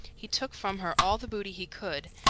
he took from her all the booty he could,